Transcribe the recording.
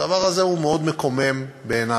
הדבר הזה הוא מאוד מקומם בעיני.